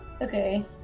Okay